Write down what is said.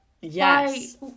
Yes